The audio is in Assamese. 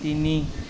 তিনি